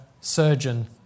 surgeon